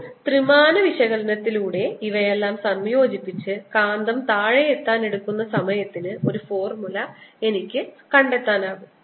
ഒരു ത്രിമാന വിശകലനത്തിലൂടെ ഇവയെല്ലാം സംയോജിപ്പിച്ച് കാന്തം താഴെ എത്താൻ എടുക്കുന്ന സമയത്തിന് ഒരു ഫോർമുല എനിക്ക് സൃഷ്ടിക്കാൻ കഴിയും